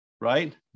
right